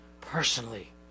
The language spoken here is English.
personally